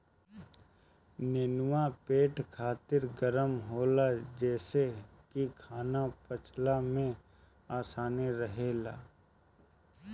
नेनुआ पेट खातिर गरम होला जेसे की खाना पचला में आसानी रहेला